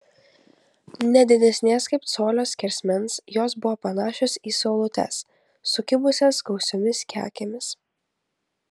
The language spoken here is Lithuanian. ne didesnės kaip colio skersmens jos buvo panašios į saulutes sukibusias gausiomis kekėmis